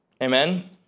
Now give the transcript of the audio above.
Amen